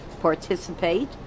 participate